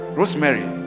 Rosemary